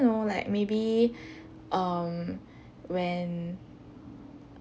know like maybe um when